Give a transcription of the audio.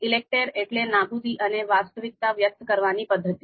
ઈલેકટેર એટલે નાબૂદી અને વાસ્તવિકતા વ્યક્ત કરવાની પદ્ધતિ